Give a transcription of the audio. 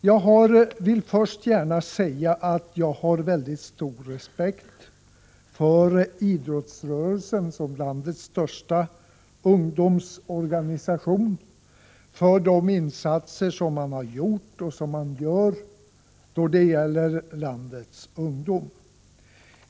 Jag vill först gärna säga att jag har stor respekt för idrottsrörelsen — landets största ungdomsorganisation — och för de insatser den gjort och gör då det gäller landets ungdom.